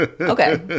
okay